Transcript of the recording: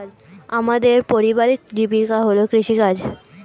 আমাদের পারিবারিক জীবিকা হল কৃষিকাজ